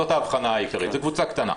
זאת ההבחנה, זו קבוצה קטנה.